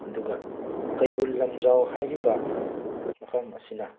ꯑꯗꯨꯒ ꯀꯩꯕꯨꯜ ꯂꯝꯖꯥꯎ ꯍꯥꯏꯔꯤꯕ ꯃꯐꯝ ꯑꯁꯤꯅ